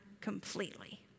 completely